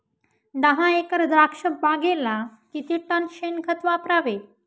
दहा एकर द्राक्षबागेला किती टन शेणखत वापरावे?